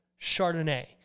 Chardonnay